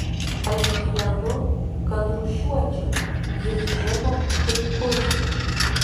aš gyvenu kad rūšiuočiau jis žino kaip kurti